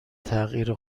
تغییر